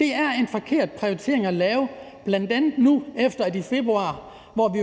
Det er en forkert prioritering at lave nu, bl.a. efter at vi jo i februar